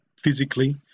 physically